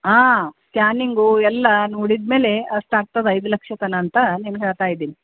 ಹಾಂ ಸ್ಕ್ಯಾನಿಂಗು ಎಲ್ಲ ನೋಡಿದ ಮೇಲೆ ಅಷ್ಟು ಆಗ್ತದೆ ಐದು ಲಕ್ಷ ತನಕ ಅಂತ ನಿನಗೆ ಹೇಳ್ತಾಯಿದ್ದೀನಿ